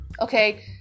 okay